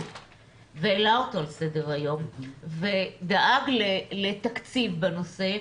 והעלה אותו על סדר היום ודאג לתקציב בנושא,